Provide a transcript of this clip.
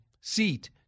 seat